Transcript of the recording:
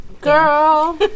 Girl